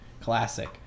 Classic